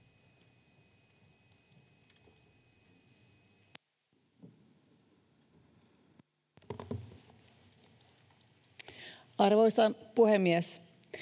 Arvoisa puhemies!